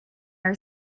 are